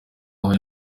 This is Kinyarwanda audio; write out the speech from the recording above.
aho